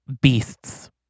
beasts